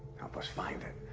help us find it.